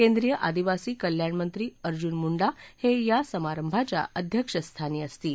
केंद्रीय आदिवासी कल्याण मंत्री अर्जुन मुंडा हे या समारंभाच्या अध्यक्षस्थानी असतील